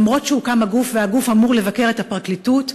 למרות שהוקם הגוף והגוף אמור לבקר את הפרקליטות,